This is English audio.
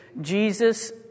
Jesus